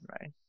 right